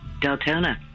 Deltona